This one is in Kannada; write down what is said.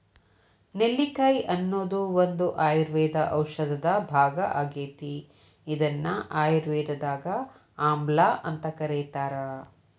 ನೆಲ್ಲಿಕಾಯಿ ಅನ್ನೋದು ಒಂದು ಆಯುರ್ವೇದ ಔಷಧದ ಭಾಗ ಆಗೇತಿ, ಇದನ್ನ ಆಯುರ್ವೇದದಾಗ ಆಮ್ಲಾಅಂತ ಕರೇತಾರ